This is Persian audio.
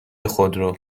خودرو